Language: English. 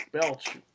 belch